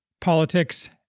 politics